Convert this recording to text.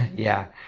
yeah